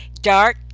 Dark